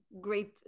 great